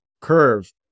curve